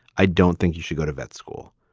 i don't think you should go to that school